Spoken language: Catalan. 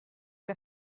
que